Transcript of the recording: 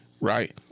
right